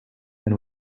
and